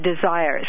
desires